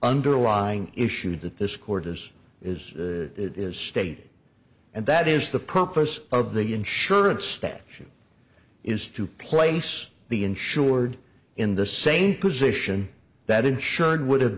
underlying issue that this court has is it is state and that is the purpose of the insurance statute is to place the insured in the same position that insured would have